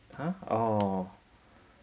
!huh! orh